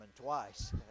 twice